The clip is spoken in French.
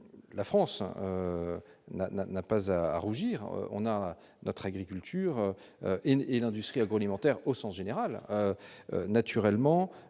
la France n'a pas à rougir, on a notre agriculture et l'industrie agroalimentaire au sens général naturellement